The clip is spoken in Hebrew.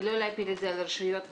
ולא להפיל את זה על הרשויות המקומיות.